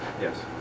Yes